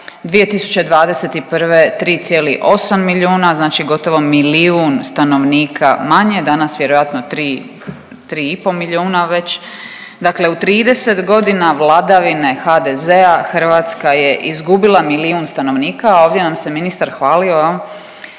2021. 3,8 milijuna, znači gotovo milijun stanovnika manje, danas vjerojatno 3,5 milijuna već, dakle u 30.g. vladavine HDZ-a Hrvatska je izgubila milijun stanovnika, a ovdje nam se ministar hvalio da